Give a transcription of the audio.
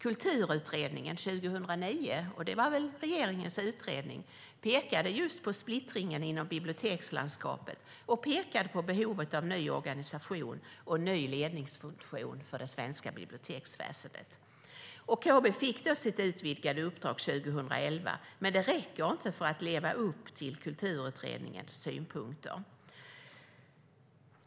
Kulturutredningen 2009 - det var väl regeringens utredning - pekade på splittringen i bibliotekslandskapet och på behovet av en ny organisation och en ny ledningsfunktion för det svenska biblioteksväsendet. KB fick sitt utvidgade uppdrag 2011, men det räcker inte för att leva upp till Kulturutredningens synpunkter.